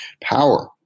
power